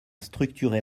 structuré